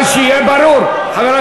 לא יעזור לך.